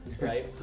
right